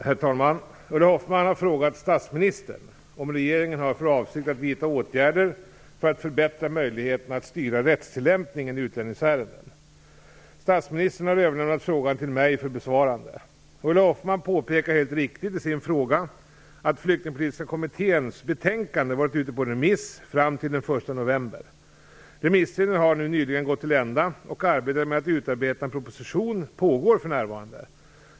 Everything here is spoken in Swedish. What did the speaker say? Herr talman! Ulla Hoffmann har frågat statsministern om regeringen har för avsikt att vidta åtgärder för att förbättra möjligheterna att styra rättstillämpningen i utlänningsärenden. Statsministern har överlämnat frågan till mig för besvarande. Ulla Hoffmann påpekar helt riktigt i sin fråga att Flyktingpolitiska kommitténs betänkande varit ute på remiss fram till den 1 november. Remisstiden har nu nyligen gått till ända, och arbetet med att utarbeta en proposition pågår för närvarande.